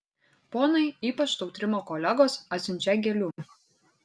ponai ypač tautrimo kolegos atsiunčią gėlių